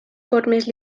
formes